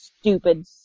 stupid